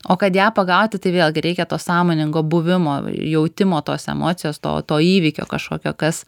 o kad ją pagauti tai vėlgi reikia to sąmoningo buvimo jautimo tos emocijos to to įvykio kažkokio kas